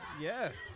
Yes